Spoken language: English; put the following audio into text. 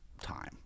time